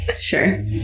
sure